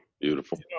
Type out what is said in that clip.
beautiful